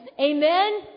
Amen